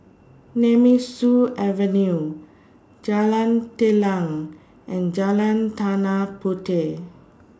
Nemesu Avenue Jalan Telang and Jalan Tanah Puteh